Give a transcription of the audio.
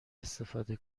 استفاده